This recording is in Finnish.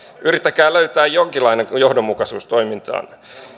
yrittäkää löytää jonkinlainen johdonmukaisuus toimintaanne